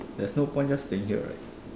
there's no point just staying here right